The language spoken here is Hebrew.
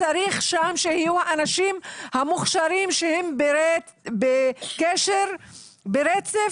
צריך שם שיהיו אנשים המוכשרים שהם בקשר ברצף